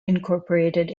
incorporated